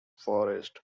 forests